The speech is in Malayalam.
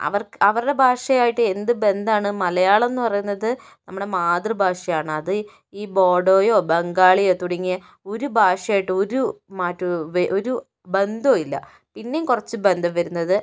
അവർക്ക് അവരുടെ ഭാഷയായിട്ട് എന്ത് ബന്ധമാണ് മലയാളം എന്ന് പറയുന്നത് നമ്മുടെ മാതൃഭാഷയാണ് അത് ഈ ബോഡോയോ ബാംഗാളിയോ തുടങ്ങിയ ഒരു ഭാഷയായിട്ടും ഒരു മാറ്റവും ഒരു ബന്ധവും ഇല്ല പിന്നേയും കുറച്ച് ബന്ധം വരുന്നത്